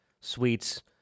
sweets